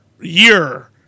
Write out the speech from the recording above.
year